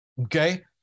Okay